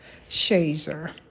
Shazer